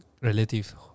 relative